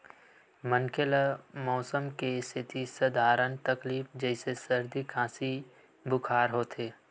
मनखे ल मउसम के सेती सधारन तकलीफ जइसे सरदी, खांसी, बुखार होथे